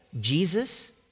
Jesus